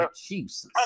Jesus